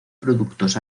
productos